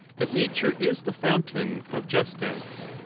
that nature is the fountain of justice.